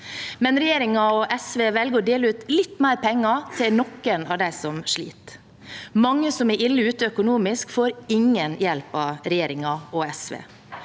kr. Regjeringen og SV velger å dele ut litt mer penger til noen av dem som sliter, men mange som er ille ute økonomisk, får ingen hjelp av regjeringen og SV.